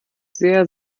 sehr